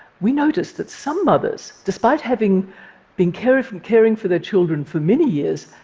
we noticed that some mothers, despite having been carefully caring for their children for many years,